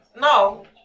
No